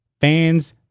fans